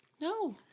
No